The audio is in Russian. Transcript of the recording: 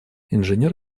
инженер